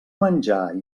menjar